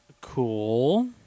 Cool